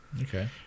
Okay